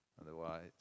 Otherwise